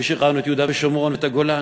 ושחררנו את יהודה ושומרון ואת הגולן,